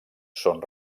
són